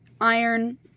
iron